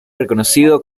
reconocida